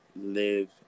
live